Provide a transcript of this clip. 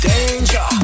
Danger